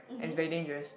and it's very dangerous